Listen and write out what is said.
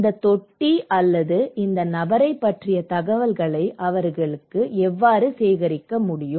இந்த தொட்டி அல்லது இந்த நபரைப் பற்றிய தகவல்களை அவர்கள் எவ்வாறு சேகரிக்க முடியும்